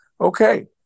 Okay